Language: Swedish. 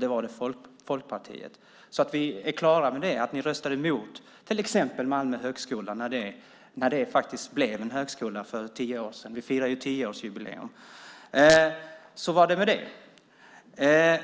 Det var Folkpartiet. Vi ska vara på det klara med att ni röstade emot till exempel Malmö högskola när det blev en högskola för tio år sedan. Vi firar ju tioårsjubileum. Så var det med det.